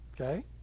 okay